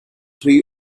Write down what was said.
three